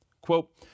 quote